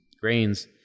grains